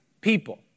people